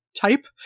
type